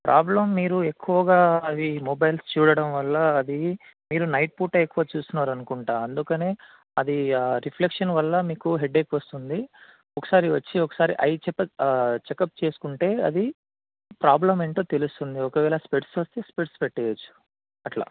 problem మీరు ఎక్కువగా అవి మొబైల్స్ చూడడం వల్ల అది మీరు నైట్ పూట ఎక్కువ చూస్తున్నారు అనుకుంట అందుకనే అది ఆ రిఫ్లెక్షన్ వల్ల మీకు హెడేక్ వస్తుంది ఒకసారి వచ్చి ఒకసారి ఐ చెకప్ చెకప్ చేసుకుంటే అది ప్రాబ్లమ్ ఏంటో తెలుస్తుంది ఒకవేళ స్పెట్స్ వస్తే స్పెట్స్ పెట్టేయొచ్చు అట్లా